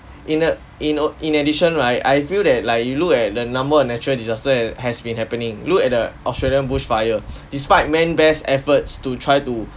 in a in a in addition right I feel that like you look at the number of natural disaster and has been happening look at the australian bush fire despite men best efforts to try to